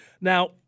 Now